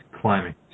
climbing